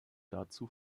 dazu